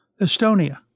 Estonia